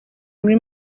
muri